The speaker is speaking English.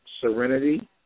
Serenity